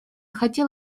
хотел